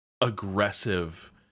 aggressive